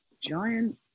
giant